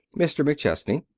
mr. mcchesney.